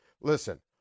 listen